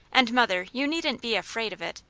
and mother, you needn't be afraid of it.